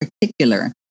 particular